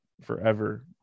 forever